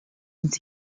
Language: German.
ins